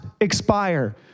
expire